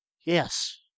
Yes